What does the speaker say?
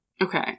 okay